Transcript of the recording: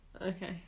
Okay